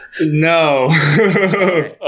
No